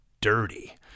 dirty